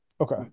Okay